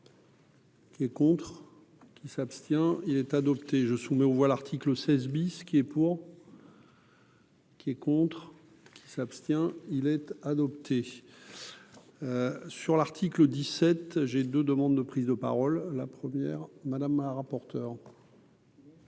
Qui est contre qui s'abstient, il est adopté, je soumets aux voix, l'article 16 bis qui est pour. Qui est contre, s'abstient-il être adopté. Sur l'article 17 j'de demandes de prise de parole la première Madame la rapporteure.